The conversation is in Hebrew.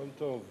הכול טוב.